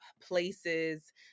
places